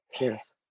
Yes